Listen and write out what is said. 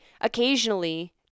occasionally